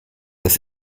das